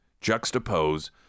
juxtapose